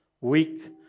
weak